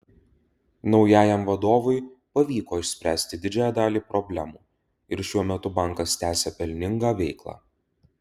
naujajam vadovui pavyko išspręsti didžiąją dalį problemų ir šiuo metu bankas tęsią pelningą veiklą